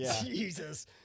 jesus